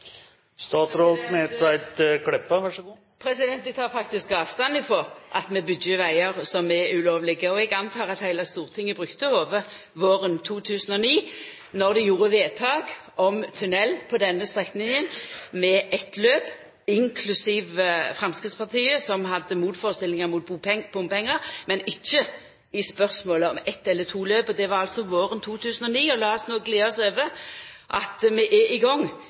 ulovlege, og eg antek at heile Stortinget brukte hovudet våren 2009 då dei gjorde vedtak om tunell på denne strekninga med eitt løp, inklusiv Framstegspartiet. Dei hadde motførestellingar mot bompengar, men ikkje i spørsmålet om eitt eller to løp – det var altså våren 2009. Lat oss no gleda oss over at vi er i gang